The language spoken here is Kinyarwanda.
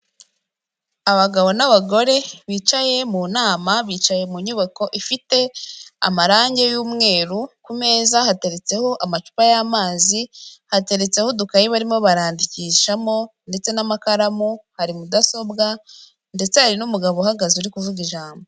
Abagabo n'abagore bicaye mu nama, bicaye mu nyubako ifite amarangi y'umweru, ku meza hateretseho amacupa y'amazi, hateretseho udukayi barimo barandikishamo ndetse n'amakaramu, hari mudasobwa ndetse hari n'umugabo uhagaze uri kuvuga ijambo.